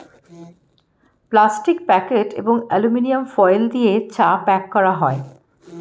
plastic packet এবং aluminium foil দিয়ে চা প্যাক করা হয়